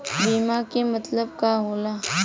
बीमा के मतलब का होला?